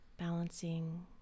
Balancing